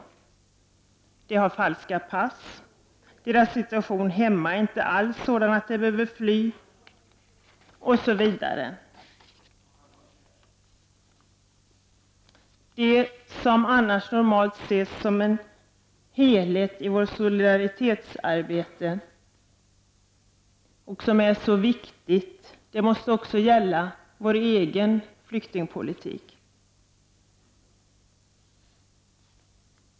Jo, att de har falska pass, att deras situation hemma inte alls är sådan att de behöver fly, osv. Det som normalt ses som en helhet i vårt solidaritetsarbete och som är så viktigt måste också gälla vår egen flyktingpolitik.